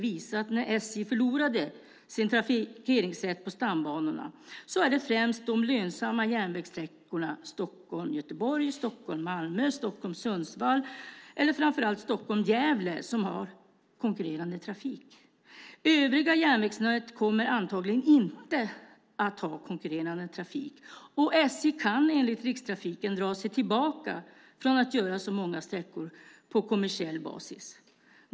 Efter att SJ förlorade sin trafikeringsrätt på stambanorna är det främst de lönsamma järnvägssträckorna Stockholm-Göteborg, Stockholm-Malmö, Stockholm-Sundsvall och framför allt Stockholm-Gävle som har konkurrerande trafik. Övrigt järnvägsnät kommer antagligen inte att ha konkurrerande trafik, och SJ kan enligt Rikstrafiken dra sig tillbaka från att göra så många sträckor på kommersiell basis.